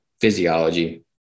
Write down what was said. physiology